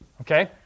Okay